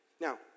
Now